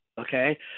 Okay